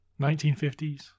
1950s